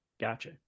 Gotcha